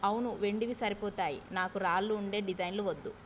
అవును వెండివి సరిపోతాయి నాకు రాళ్ళు ఉండే డిజైన్లు వద్దు